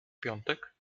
piątek